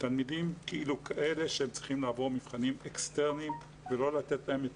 לתלמידים כאילו כאלה שצריכים לעבור מבחנים אקסטרניים ולא לתת להם את